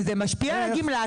זה משפיע על הגמלה,